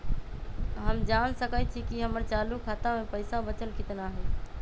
हम जान सकई छी कि हमर चालू खाता में पइसा बचल कितना हई